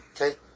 Okay